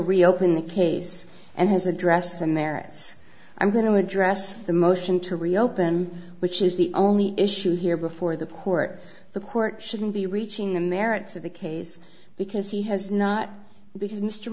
reopen the case and has addressed the merits i'm going to address the motion to reopen which is the only issue here before the court the court shouldn't be reaching the merits of the case because he has not because mr